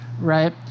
right